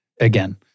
Again